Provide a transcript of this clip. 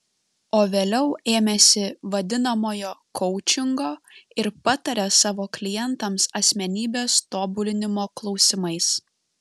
o vėliau ėmėsi vadinamojo koučingo ir pataria savo klientams asmenybės tobulinimo klausimais